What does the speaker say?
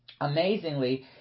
amazingly